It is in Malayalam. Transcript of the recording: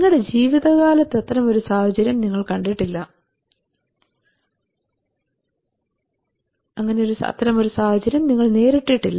നിങ്ങളുടെ ജീവിതകാലത്ത് അത്തരമൊരു സാഹചര്യം നിങ്ങൾ നേരിട്ടിട്ടില്ല